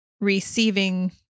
receiving